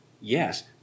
yes